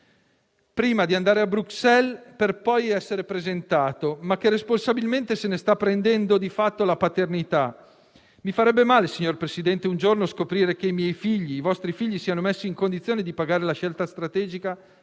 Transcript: prima di andare a Bruxelles per essere presentato, ma che responsabilmente se ne sta prendendo di fatto la paternità. Mi farebbe male, signor Presidente, scoprire un giorno che i nostri figli siano messi in condizione di pagare la scelta strategica